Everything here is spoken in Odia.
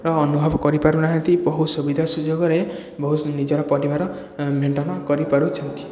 ର ଅନୁଭବ କରି ପାରୁନାହାଁନ୍ତି ବହୁ ସୁବିଧା ସୁଯୋଗରେ ବହୁତ ନିଜର ପରିବାର ମେଣ୍ଟନ କରିପାରୁଛନ୍ତି